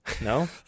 No